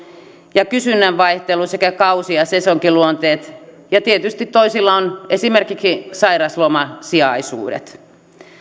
ja kysynnän vaihtelun sekä kausi ja ja sesonkiluonteiden vuoksi ja tietysti toisilla on esimerkiksi sairauslomasijaisuudet